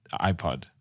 iPod